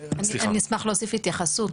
--- אני אשמח להוסיף התייחסות,